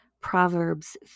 Proverbs